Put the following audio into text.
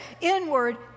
inward